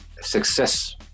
success